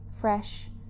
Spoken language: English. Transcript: fresh